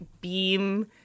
beam